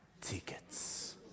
tickets